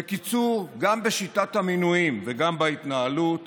בקיצור, גם בשיטת המינויים וגם בהתנהלות